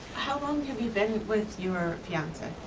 how long have you been with your fiancee?